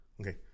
Okay